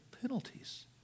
penalties